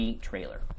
trailer